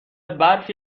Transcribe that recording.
برفی